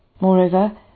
Moreover